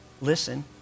listen